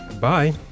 Bye